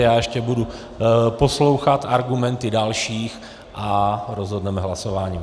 Já ještě budu poslouchat argumenty dalších a rozhodneme hlasováním.